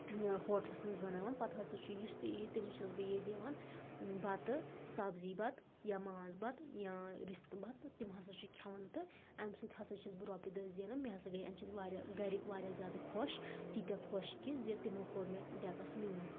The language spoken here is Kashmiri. ہوٹلَس منٛز بناوان پتہٕ ہسا چھُ یُس تہِ یی تٔمِس چھَس بہٕ یہِ دِوان بَتہٕ سبزی بَتہٕ یا ماز بَتہٕ یا رِستہٕ بَتہٕ تِم ہسا چھِ کھٮ۪وان تہٕ اَمہِ سۭتۍ ہسا چھَس بہٕ رۄپیہِ داہ زٮ۪نان مےٚ ہسا گٔے اَمہِ سۭتۍ واریاہ گَرِکۍ واریاہ زیادٕ خۄش تیٖتیٛاہ خۄش کہِ زِ تِمو کوٚر مےٚ ڈٮ۪کَس میوٗٹھ